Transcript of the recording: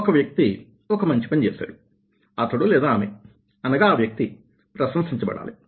ఒక వ్యక్తి ఒక మంచి పని చేశాడు అతడు లేదా ఆమె అనగా ఆ వ్యక్తి ప్రశంసించ బడాలి